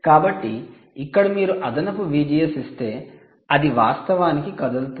కాబట్టి ఇక్కడ మీరు అదనపు VGS ఇస్తే అది వాస్తవానికి కదులుతుంది